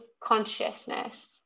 consciousness